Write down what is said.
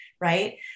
right